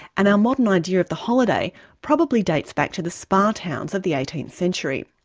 and our modern idea of the holiday probably dates back to the spa towns of the eighteenth century.